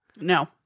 No